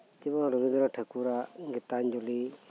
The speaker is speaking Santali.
ᱤᱧ ᱫᱚ ᱚᱱᱟ ᱨᱚᱵᱤᱱᱫᱨᱚ ᱱᱟᱛᱷ ᱴᱷᱟᱠᱩᱨᱟᱜ ᱜᱤᱛᱟᱧᱡᱚᱞᱤ